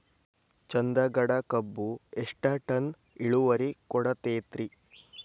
ಚಂದಗಡ ಕಬ್ಬು ಎಷ್ಟ ಟನ್ ಇಳುವರಿ ಕೊಡತೇತ್ರಿ?